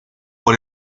por